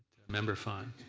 member phan.